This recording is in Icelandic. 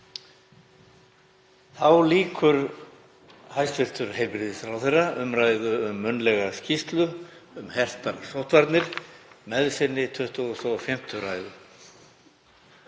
Þá lýkur hæstv. heilbrigðisráðherra umræðu um munnlega skýrslu um hertar sóttvarnir með sinni 25. ræðu.